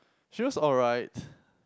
she was alright